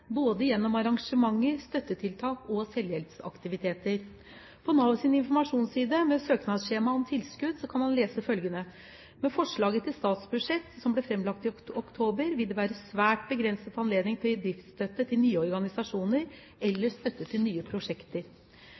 både gjennom arrangementer, støttetiltak og selvhjelpsaktiviteter. På Navs informasjonsside med søknadsskjema om tilskudd kan man lese følgende: «Med forslaget til statsbudsjett som ble fremlagt i oktober, vil det være svært begrenset anledning til å gi driftsstøtte til nye organisasjoner eller støtte til nye prosjekter.»